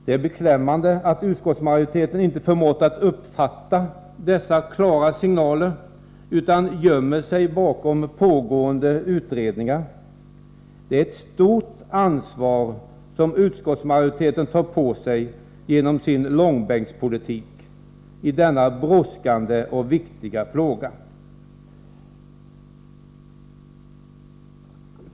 Det är beklämmande att utskottsmajoriteten inte har kunnat uppfatta dessa klara signaler utan gömmer sig bakom pågående utredningar. Det är ett stort ansvar som utskottsmajoriteten tar på sig genom sin ”långbänkspolitik” i denna brådskande och viktiga fråga.